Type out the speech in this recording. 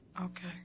Okay